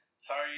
sorry